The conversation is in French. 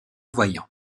voyants